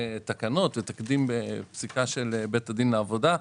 תקנות ותקדים בפסיקה של בית הדין לעבודה,